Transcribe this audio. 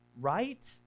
Right